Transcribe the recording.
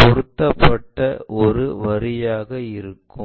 பொருத்தப்பட்ட ஒரு வரியாக இருக்கும்